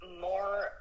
more